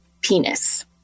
Penis